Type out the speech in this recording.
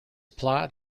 plot